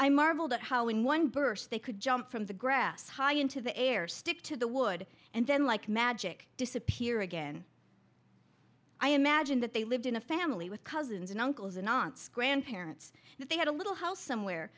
i marveled at how when one burst they could jump from the grass high into the air stick to the wood and then like magic disappear again i imagine that they lived in a family with cousins and uncles and aunts grandparents they had a little house somewhere